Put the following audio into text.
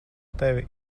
tevi